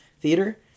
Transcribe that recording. theater